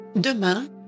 Demain